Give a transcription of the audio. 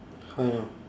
how you know